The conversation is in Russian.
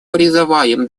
призываем